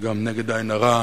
וגם נגד עין הרע.